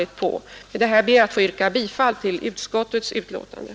Med det anförda ber jag att få yrka bifall till utskottets hemställan.